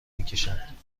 میکشند